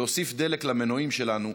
להוסיף דלק למנועים שלנו,